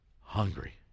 hungry